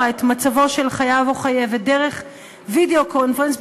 את המצב של חייב או חייבת דרך וידיאו קונפרנס,